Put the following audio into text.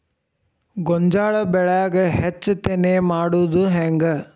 ಗೋಂಜಾಳ ಬೆಳ್ಯಾಗ ಹೆಚ್ಚತೆನೆ ಮಾಡುದ ಹೆಂಗ್?